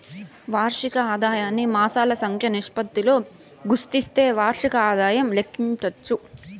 వార్షిక ఆదాయాన్ని మాసాల సంఖ్య నిష్పత్తితో గుస్తిస్తే వార్షిక ఆదాయం లెక్కించచ్చు